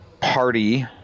Party